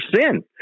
sin